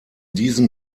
diesem